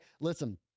listen